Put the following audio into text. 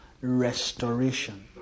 restoration